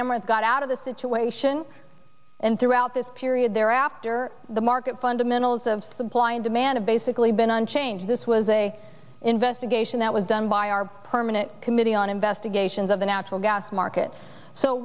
amaranth got out of the situation and throughout this period there after the market fundamentals of supply and demand basically been unchanged this was a investigation that was done by our permanent committee on investigations of the natural gas markets so